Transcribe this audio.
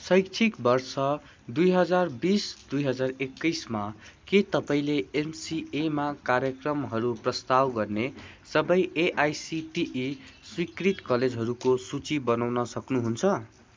शैक्षिक वर्ष दुई हजार बिस दुई हजार एक्काइसमा के तपाईँँले एमसिएमा कार्यक्रमहरू प्रस्ताव गर्ने सबै एआइसिटिई स्वीकृत कलेजहरूको सूची बनाउन सक्नु हुन्छ